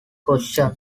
position